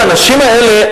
אומר: האנשים האלה,